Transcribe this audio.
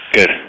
Good